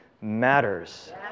matters